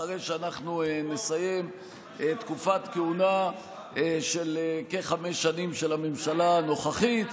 אחרי שאנחנו נסיים תקופת כהונה של כחמש שנים של הממשלה הנוכחית.